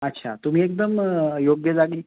अच्छा तुम्ही एकदम योग्य जागी